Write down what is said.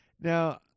Now